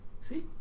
See